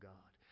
God